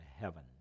heaven